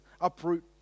uproot